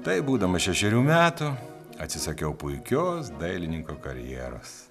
taip būdamas šešerių metų atsisakiau puikios dailininko karjeros